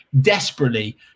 desperately